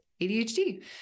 ADHD